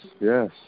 yes